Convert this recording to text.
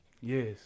Yes